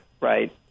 right